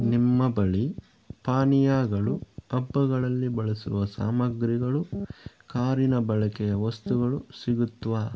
ನಿಮ್ಮ ಬಳಿ ಪಾನೀಯಗಳು ಹಬ್ಬಗಳಲ್ಲಿ ಬಳಸುವ ಸಾಮಗ್ರಿಗಳು ಕಾರಿನ ಬಳಕೆಯ ವಸ್ತುಗಳು ಸಿಗುತ್ವೇ